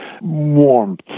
warmth